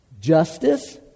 justice